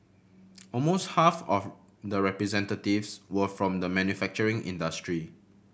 almost half of the representatives were from the manufacturing industry